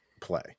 play